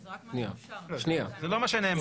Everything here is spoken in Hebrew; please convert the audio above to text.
זה לא מה שנאמר.